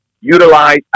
utilize